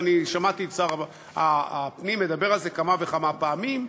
ואני שמעתי את שר הפנים מדבר על זה כמה וכמה פעמים.